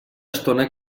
estona